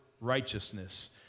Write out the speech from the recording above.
righteousness